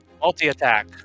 Multi-attack